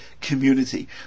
community